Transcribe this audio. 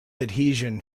adhesion